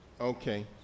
Okay